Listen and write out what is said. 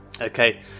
Okay